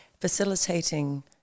facilitating